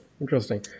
interesting